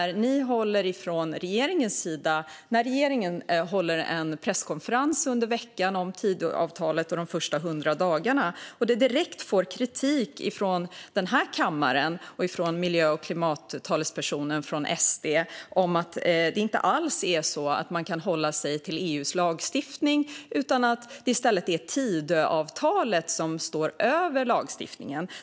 Regeringen höll en presskonferens i veckan om Tidöavtalet och de första 100 dagarna och fick direkt kritik från kammaren och SD:s miljö och klimattalesperson, som menar att man inte alls kan hålla sig till EU:s lagstiftning utan att det i stället är Tidöavtalet som står över lagstiftningen.